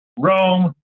Rome